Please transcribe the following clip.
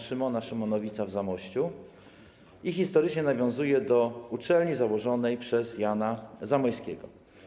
Szymona Szymonowica w Zamościu i historycznie nawiązuje do uczelni założonej przez Jana Zamoyskiego.